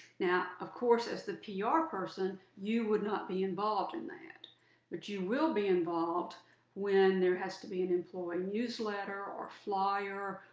now, of course, as the ah pr person, you would not be involved in that. but you will be involved when there has to be an employee newsletter or flyer,